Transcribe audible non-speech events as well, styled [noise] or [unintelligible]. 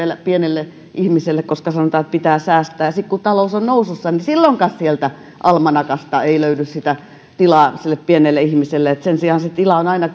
pienelle ihmiselle koska sanotaan että pitää säästää ja sitten kun talous on nousussa niin silloinkaan sieltä almanakasta ei löydy tilaa sille pienelle ihmiselle sen sijaan tilaa on aina [unintelligible]